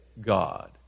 God